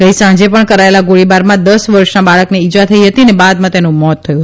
ગઇ સાંજે પણ કરાયેલા ગોળીબારમાં દસ વર્ષના બાળકને ઇજા થઇ હતી અને બાદમાં તેનું મોત થયું